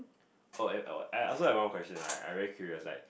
oh and I I also have one more question lah I very curious like